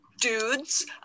dudes